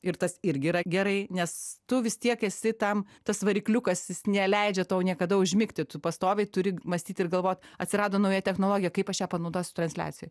ir tas irgi yra gerai nes tu vis tiek esi tam tas varikliukas jis neleidžia tau niekada užmigti tu pastoviai turi mąstyti ir galvot atsirado nauja technologija kaip aš ją panaudosiu transliacijoj